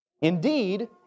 Indeed